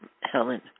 Helen